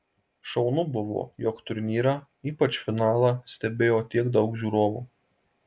šaunu buvo jog turnyrą ypač finalą stebėjo tiek daug žiūrovų